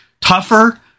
tougher